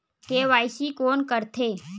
KYC कोन करथे?